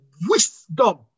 wisdom